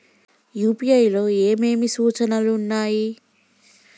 UPI లో ఏమేమి సూచనలు ఉన్నాయి?